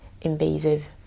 invasive